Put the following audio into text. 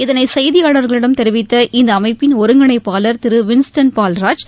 இதனை செய்தியாளர்களிடம் தெரிவித்த இந்த அமைப்பின் ஒருங்கிணைப்பாளர் திரு வின்ஸ்டன் பால்ராஜ்